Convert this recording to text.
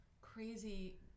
crazy